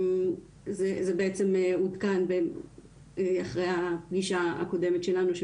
זה בעצם עודכן אחרי הפגישה האחרונה שלנו כאן בוועדה